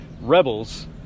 rebels